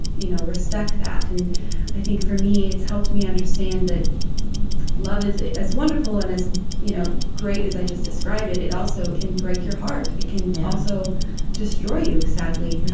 you know respect that. and i think, for me, it's helped me understand that love is as wonderful and as you know great as i just described it, it also can break your heart. it can also destroy you, sadly. and